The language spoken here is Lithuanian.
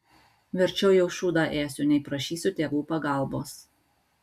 verčiau jau šūdą ėsiu nei prašysiu tėvų pagalbos